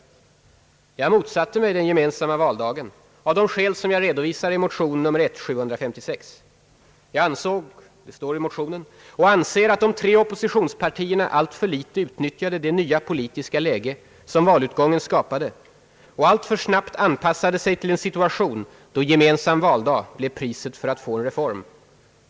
Jag motsatte mig den gemensamma valdagen av de skäl jag redovisar i motion I: 756. »Jag ansåg och anser, att de tre oppositionspartierna alltför litet utnyttjade det nya politiska läge som valutgången skapade och alltför snabbt anpassade sig till en situation, då gemensam valdag blev priset för att få en reform.